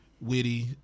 Witty